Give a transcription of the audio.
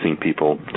people